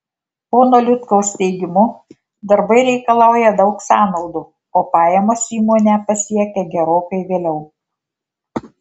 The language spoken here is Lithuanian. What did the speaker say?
pono liutkaus teigimu darbai reikalauja daug sąnaudų o pajamos įmonę pasiekia gerokai vėliau